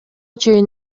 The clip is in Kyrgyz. чейин